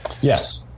Yes